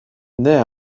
naît